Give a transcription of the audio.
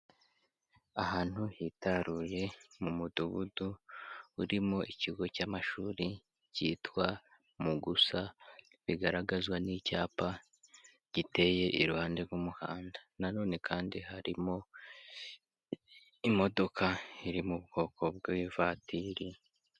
Ahantu hitaruye mu Mudugudu urimo ikigo cy'amashuri cyitwa Mugusa, bigaragazwa n'icyapa giteye iruhande rw'umuhanda. Nanone kandi harimo imodoka iri mu bwoko bw'ivatiri.